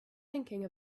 thinking